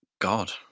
God